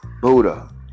Buddha